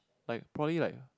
like probably like